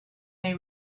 they